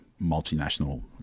multinational